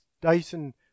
Dyson